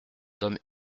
d’homme